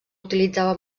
utilitzava